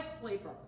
sleeper